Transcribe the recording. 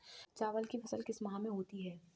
चावल की फसल किस माह में होती है?